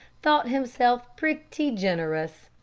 thought himself pretty generous.